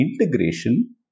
integration